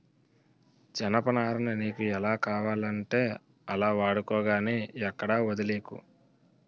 జనపనారని నీకు ఎలా కావాలంటే అలా వాడుకో గానీ ఎక్కడా వొదిలీకు